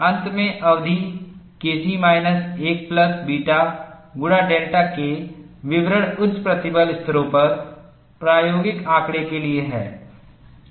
अंत में अवधि K c minus 1 plus beta गुणा डेल्टा K विवरण उच्च प्रतिबल स्तरों पर प्रायोगिक आंकड़े के लिए है